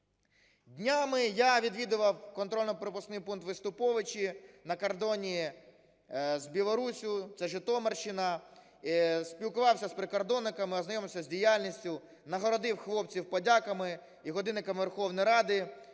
Днями я відвідував контрольно-пропускний пункт "Виступовичі" на кордоні з Білоруссю (це Житомирщина), спілкувався з прикордонниками, ознайомився з діяльністю, нагородив хлопців подяками і годинниками Верховної Ради.